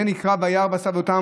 זה נקרא "וירא בסבלתם"?